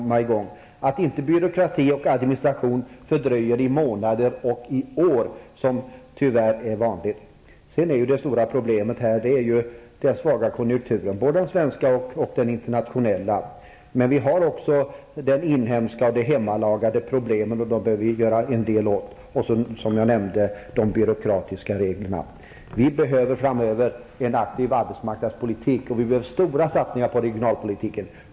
Det är viktigt att inte byråkrati och administration fördröjer åtgärderna i månader och i år, vilket tyvärr är vanligt. Det stora problemet i detta sammanhang är ju den svaga konjunkturen, både den svenska och den internationella. Men vi har ju också de inhemska och hemmalagade problemen, och dem behöver vi göra en del åt, liksom, som jag nämnde, de byråkratiska reglerna. Vi behöver framöver en aktiv arbetsmarknadspolitik, och vi behöver stora satsningar på regionalpolitiken.